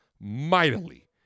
mightily